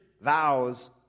vows